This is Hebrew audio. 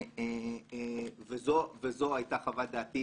וזו היתה חוות דעתי